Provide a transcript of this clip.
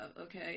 okay